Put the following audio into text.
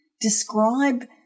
Describe